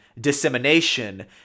dissemination